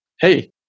Hey